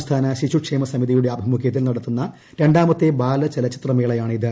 സംസ്ഥാന ശിശുക്ഷേമസമിതിയുടെ ആഭിമുഖ്യത്തിൽ നടത്തുന്ന രണ്ടാമത്തെ ബാലചലച്ചിത്രമേളയാണിത്